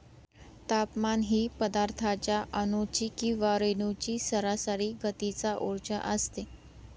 तापमान ही पदार्थाच्या अणूंची किंवा रेणूंची सरासरी गतीचा उर्जा असते